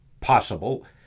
possible